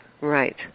Right